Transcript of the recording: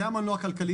זה המנוע הכלכלי,